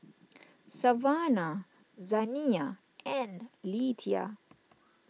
Savanna Zaniyah and Lethia